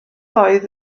oedd